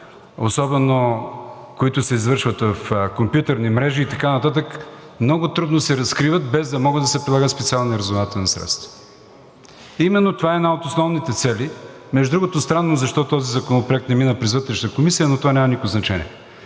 особено които се извършват в компютърни мрежи и така нататък, много трудно се разкриват, без да могат да се прилагат специални разузнавателни средства. Именно това е една от основните цели, между другото, странно защо този законопроект не мина през Вътрешната комисия, но това няма никакво значение,